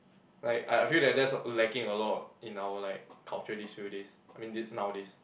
like I I feel that that's lacking a lot in our like culture these few days I mean thi~ nowadays